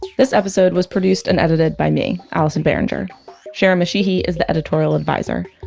this episode was produced and edited by me, allison behringer sharon mashihi is the editorial advisor.